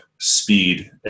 speed